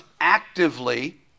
actively